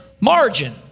margin